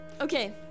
okay